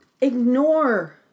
ignore